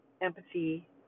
empathy